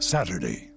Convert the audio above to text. Saturday